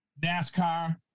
NASCAR